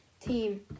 team